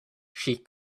she